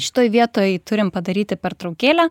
šitoj vietoj turim padaryti pertraukėlę